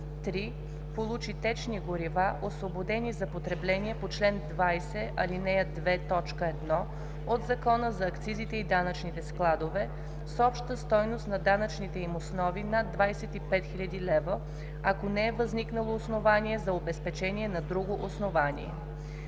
„3. получи течни горива, освободени за потребление по чл. 20, ал. 2, т. 1 от Закона за акцизите и данъчните складове, с обща стойност на данъчните им основи над 25 000 лв., ако не е възникнало основание за обезпечение на друго основание.”